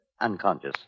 unconscious